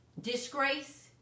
disgrace